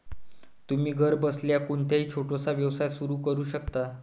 तुम्ही घरबसल्या कोणताही छोटासा व्यवसाय सुरू करू शकता